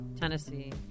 Tennessee